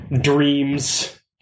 dreams